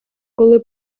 коли